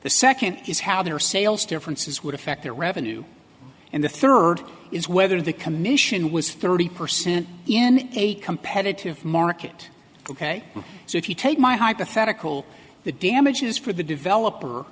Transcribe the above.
the second is how their sales differences would affect their revenue and the third is whether the commission was thirty percent in a competitive market ok so if you take my hypothetical the damages for the developer